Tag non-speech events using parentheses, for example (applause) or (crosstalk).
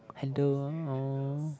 handle (noise)